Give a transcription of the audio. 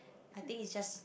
I think is just